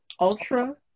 Ultra